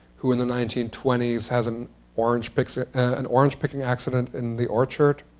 who in the nineteen twenty s has an orange-picking an orange-picking accident in the orchard,